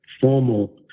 formal